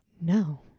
No